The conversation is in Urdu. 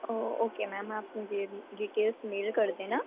او اوکے میم آپ مجھے یہ ڈیٹیلس میل کر دینا